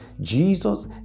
Jesus